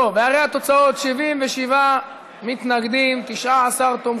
טוב, אז הרי התוצאות: 77 מתנגדים, 19 תומכים,